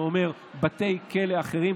וזה אומר בתי כלא אחרים.